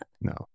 No